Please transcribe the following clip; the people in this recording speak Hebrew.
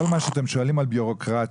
כל מה שאתם שואלים על בירוקרטיה,